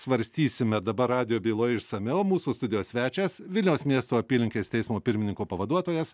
svarstysime dabar radijo byloje išsamiau mūsų studijos svečias vilniaus miesto apylinkės teismo pirmininko pavaduotojas